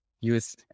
Use